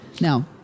Now